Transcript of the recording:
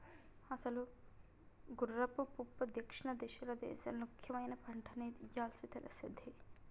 అసలు గుర్రపు పప్పు దక్షిణ భారతదేసంలో ముఖ్యమైన పంటని ఇయ్యాలే తెల్సింది